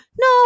no